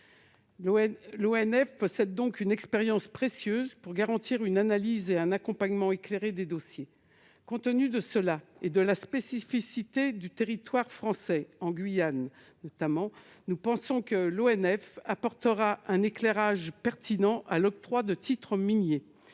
Il possède donc une expérience précieuse pour garantir une analyse et un accompagnement éclairé des dossiers. Compte tenu de cela et de la spécificité du territoire français en Guyane, nous pensons que l'ONF apportera un éclairage pertinent à l'octroi de titres miniers.